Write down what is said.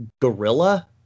gorilla